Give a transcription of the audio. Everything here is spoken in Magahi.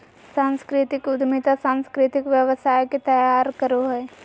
सांस्कृतिक उद्यमिता सांस्कृतिक व्यवसाय के तैयार करो हय